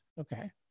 Okay